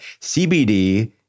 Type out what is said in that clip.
CBD